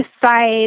decide